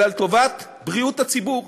אלא לטובת בריאות הציבור?